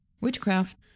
Witchcraft